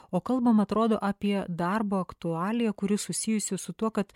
o kalbam atrodo apie darbo aktualiją kuri susijusi su tuo kad